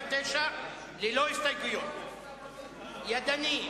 הצבעה ידנית.